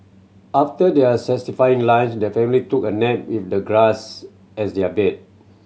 after their satisfying lunch the family took a nap with the grass as their bed